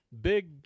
Big